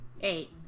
Eight